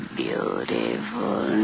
beautiful